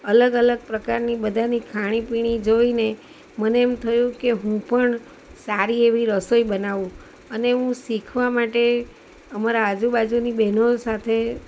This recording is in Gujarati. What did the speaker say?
અલગ અલગ પ્રકારની બધાની ખાણી પીણી જોઈને મને એમ થયું કે હું પણ સારી એવી રસોઈ બનાવું અને હું શીખવા માટે અમારા આજુબાજુની બહેનો સાથે